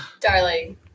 Darling